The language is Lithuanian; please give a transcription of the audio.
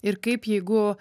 ir kaip jeigu